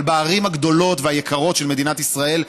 אבל בערים הגדולות והיקרות של מדינת ישראל,